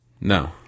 No